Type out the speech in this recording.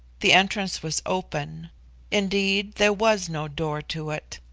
the entrance was open indeed there was no door to it.